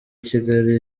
kigali